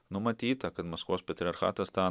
numatyta kad maskvos patriarchatas tą